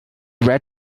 red